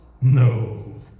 no